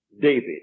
David